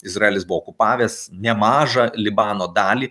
izraelis buvo okupavęs nemažą libano dalį